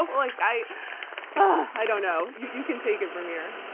um like i i don't know. you you can take it from here.